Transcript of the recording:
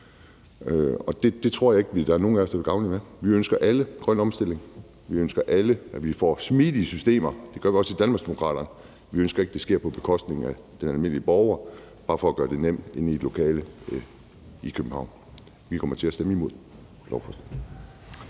Det tror jeg ikke vil gavne nogen af os. Vi ønsker alle grøn omstilling, vi ønsker alle, at vi får smidige systemer – det gør vi også i Danmarksdemokraterne – men vi ønsker ikke, at det sker på bekostning af den almindelige borger bare for at gøre det nemt inde i et lokale i København. Vi kommer til at stemme imod